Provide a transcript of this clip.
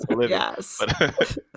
yes